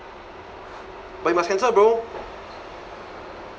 but you must cancel bro